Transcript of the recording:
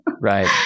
Right